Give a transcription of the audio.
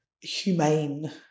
humane